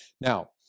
Now